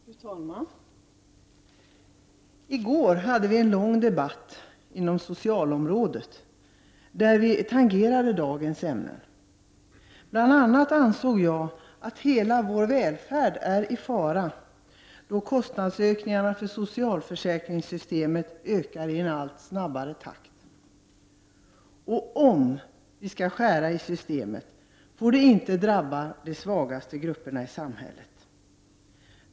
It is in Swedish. Fru talman! I går hade vi en lång debatt inom socialområdet, där vi tangerade dagens ämnen. Då ansåg jag bl.a. att hela vår välfärd är i fara, då kost nadsökningarna för socialförsäkringssystemet fortsätter i en allt snabbare takt. Om vi skall skära i systemet får det inte drabba de svagaste grupperna i samhället.